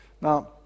Now